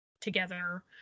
together